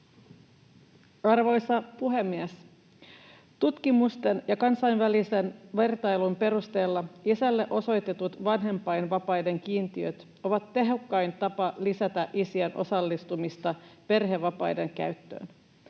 Arvoisa puhemies! Tutkimusten ja kansainvälisen vertailun perusteella isälle osoitetut vanhempainvapaiden kiintiöt ovat tehokkain tapa lisätä isien osallistumista perhevapaiden käyttöön.